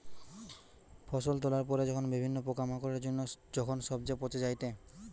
ফসল তোলার পরে যখন বিভিন্ন পোকামাকড়ের জন্য যখন সবচে পচে যায়েটে